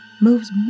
moves